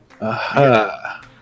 aha